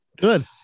Good